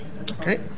Okay